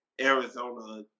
Arizona